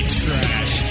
trash